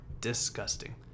disgusting